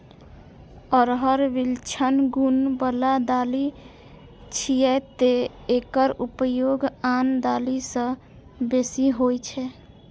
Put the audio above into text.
अरहर विलक्षण गुण बला दालि छियै, तें एकर उपयोग आन दालि सं बेसी होइ छै